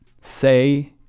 say